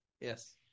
yes